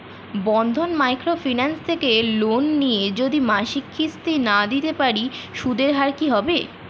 বন্ধন micro finance থেকে loan নিয়ে যদি মাসিক কিস্তি না দিতে পারি সুদের হার কি হবে?